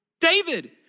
David